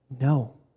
No